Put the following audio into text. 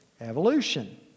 Evolution